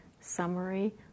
summary